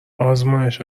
آزمایش